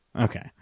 Okay